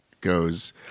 goes